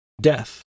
death